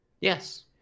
Yes